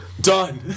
Done